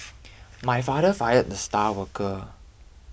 my father fired the star worker